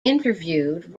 interviewed